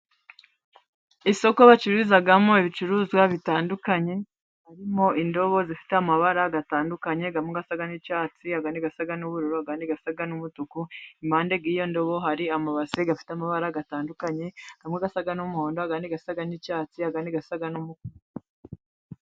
Isoko bacururizamo ibicuruzwa bitandukanye, harimo indobo zifite amabara atandukanye, harimo asa n'icyatsi, asa n'ubururu, n'asa n'umutuku. Impande y'iyo ndobo hari amabase afite amabara atandukanye amwe asa n'umuhondo andi asa n'icyatsi andi agasa n'umutuku.